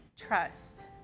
trust